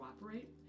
cooperate